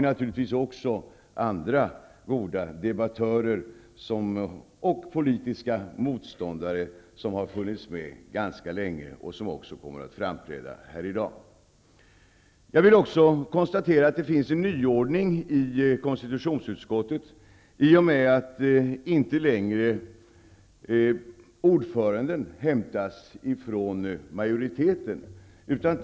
Naturligtvis är det också andra goda debattörer och politiska motståndare som har funnits med ganska länge och som också kommer att framträda här i dag. Det finns en nyordning i konstitutionsutskottet i och med att ordföranden inte längre hämtas från majoriteten.